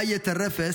באייה טרפה,